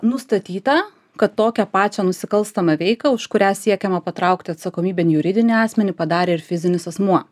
nustatyta kad tokią pačią nusikalstamą veiką už kurią siekiama patraukti atsakomybėn juridinį asmenį padarė ir fizinis asmuo